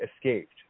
escaped